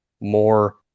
more